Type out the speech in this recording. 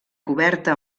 coberta